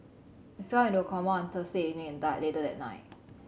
he fell into a coma on Thursday evening and died later that night